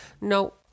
No